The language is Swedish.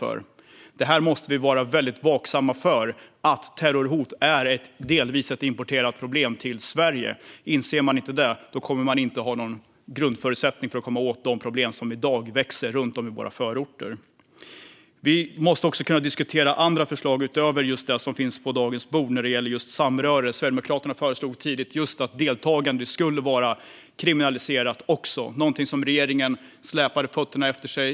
Vi måste vara väldigt vaksamma inför att terrorhot delvis är ett problem som importerats till Sverige. Om man inte inser det har man ingen grundförutsättning för att komma åt de problem som i dag växer runt om i förorterna. Vi måste också kunna diskutera andra förslag utöver det som finns på bordet i dag vad gäller samröre. Sverigedemokraterna förslog tidigt att just deltagande också skulle vara kriminaliserat. Inför detta har regeringen släpat fötterna efter sig.